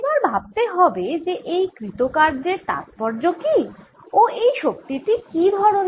এবার ভাবতে হবে যে এই কৃৎ কাজের তাৎপর্য কি ও এই শক্তি টি কি ধরনের